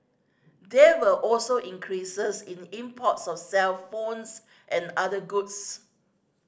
there were also increases in imports of cellphones and other goods